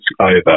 over